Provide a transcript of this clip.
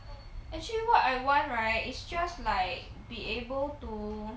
actually what I want right it's just like be able to